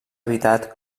habitat